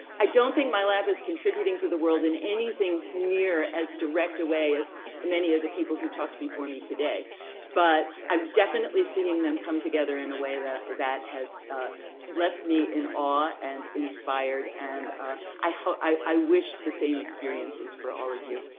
i don't think my lab is contributing to the world in anything near as direct away as many of the people who talked to me for me today. elizabeth spelke but i'm definitely seeing them come together in a way that that has ah left me in our and inspired and ah i hope i wish the same experiences for all of you.